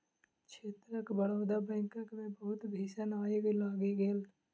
क्षेत्रक बड़ौदा बैंकक मे बहुत भीषण आइग लागि गेल